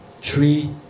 three